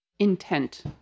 intent